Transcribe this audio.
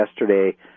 yesterday